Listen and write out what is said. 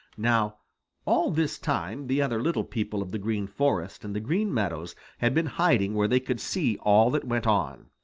now all this time the other little people of the green forest and the green meadows had been hiding where they could see all that went on.